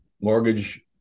mortgage